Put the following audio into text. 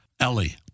Ellie